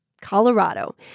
Colorado